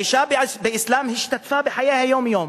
האשה באסלאם השתתפה בחיי היום-יום